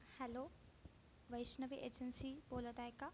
hello Vaishnavi agency बोलत आहे का